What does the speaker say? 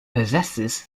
possesses